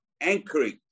anchoring